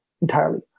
entirely